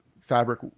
fabric